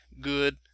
good